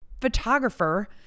photographer